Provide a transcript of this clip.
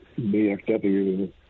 BFW